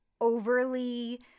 overly